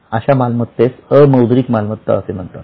अशा मालमत्तेस अमौद्रिक मालमत्ता म्हणतात